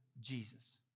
Jesus